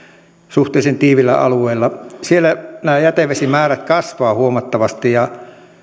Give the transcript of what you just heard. suhteellisen tiiviillä alueella siellä nämä jätevesimäärät kasvavat huomattavasti ja